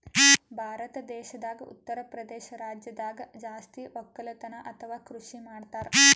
ಭಾರತ್ ದೇಶದಾಗ್ ಉತ್ತರಪ್ರದೇಶ್ ರಾಜ್ಯದಾಗ್ ಜಾಸ್ತಿ ವಕ್ಕಲತನ್ ಅಥವಾ ಕೃಷಿ ಮಾಡ್ತರ್